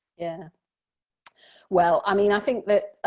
yeah well i mean i think that